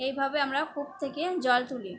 এই ভাবে আমরা কূপ থেকে জল তুলি